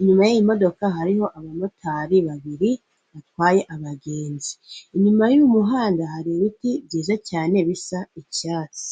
inyuma y'iyi modoka hariho abamotari babiri batwaye abagenzi. Inyuma y'uyu muhanda hari ibiti byiza cyane bisa icyatsi.